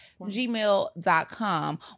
gmail.com